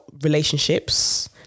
relationships